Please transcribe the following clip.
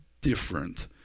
different